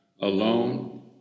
alone